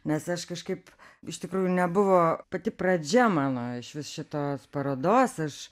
nes aš kažkaip iš tikrųjų nebuvo pati pradžia mano išvis šitos parodos aš